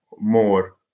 more